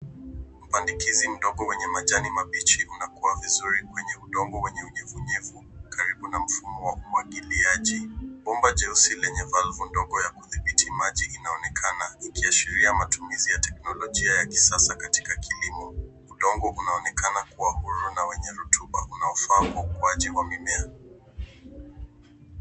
Mpandikizi mdogo wenye majani mabichi unakua vizuri kwenye udongo wenye unyevunyevu, karibu na mfumo wa umwagiliaji. Bomba jeusi lenye valvu ndogo ya kudhibiti maji inaonekana ikiashiria matumizi ya teknolojia ya kisasa katika kilimo. Udongo unaonekana kuwa huru na wenye rutuba unaofahamu ukuaji wa mimea.